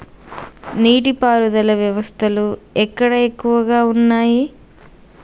నీటి పారుదల వ్యవస్థలు ఎక్కడ ఎక్కువగా ఉన్నాయి?